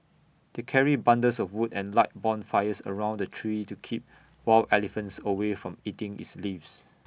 they carried bundles of wood and light bonfires around the tree to keep wild elephants away from eating its leaves